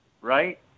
right